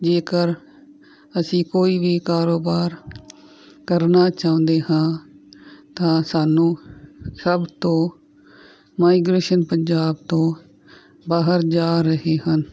ਜੇਕਰ ਅਸੀਂ ਕੋਈ ਵੀ ਕਾਰੋਬਾਰ ਕਰਨਾ ਚਾਹੁੰਦੇ ਹਾਂ ਤਾਂ ਸਾਨੂੰ ਸਭ ਤੋਂ ਮਾਈਗਰੇਸ਼ਨ ਪੰਜਾਬ ਤੋਂ ਬਾਹਰ ਜਾ ਰਹੇ ਹਨ